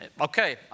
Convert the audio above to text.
Okay